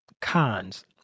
cons